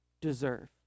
deserve